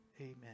Amen